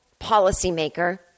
policymaker